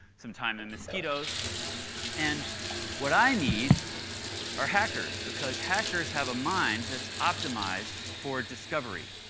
some time in mosquitos and what i need are hackers. because hackers have a mind that's optimized for discovery.